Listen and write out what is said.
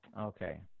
Okay